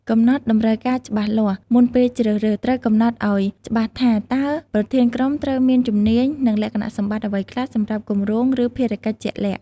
កំណត់តម្រូវការច្បាស់លាស់ មុនពេលជ្រើសរើស ត្រូវកំណត់ឱ្យច្បាស់ថា តើប្រធានក្រុមត្រូវមានជំនាញ និងលក្ខណៈសម្បត្តិអ្វីខ្លះសម្រាប់គម្រោង ឬភារកិច្ចជាក់លាក់។